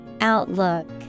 Outlook